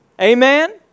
Amen